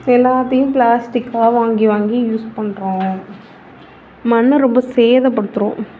எல்லாத்தையும் பிளாஸ்டிக்காக வாங்கி வாங்கி யூஸ் பண்ணுறோம் மண்ணை ரொம்ப சேதப்படுத்துகிறோம்